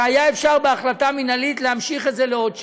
שהיה אפשר בהחלטה מינהלית להמשיך את זה לעוד שנה,